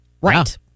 Right